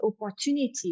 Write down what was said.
opportunity